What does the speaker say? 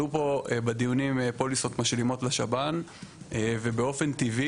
עלו פה בדיונים פוליסות משלימות לשב"ן ובאופן טבעי